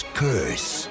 curse